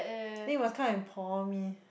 then you must come and por me